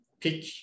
pick